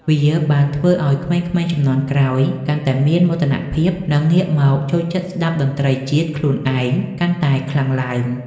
វាបានធ្វើឱ្យក្មេងៗជំនាន់ក្រោយកាន់តែមានមោទនភាព និងងាកមកចូលចិត្តស្តាប់តន្ត្រីជាតិខ្លួនឯងកាន់តែខ្លាំងឡើង។